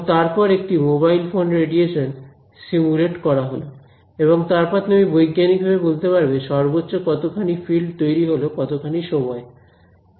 এবং তারপরে একটি মোবাইল ফোন রেডিয়েশন সিমুলেট করা হলো এবং তারপর তুমি বৈজ্ঞানিক ভাবে বলতে পারবে সর্বোচ্চ কতখানি ফিল্ড তৈরি হল কতখানি সময় এ